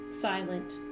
silent